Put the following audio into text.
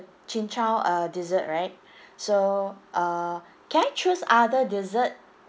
chin chow uh dessert right so uh can I choose other dessert